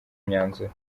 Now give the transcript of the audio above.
imyanzuro